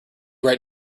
right